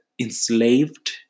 enslaved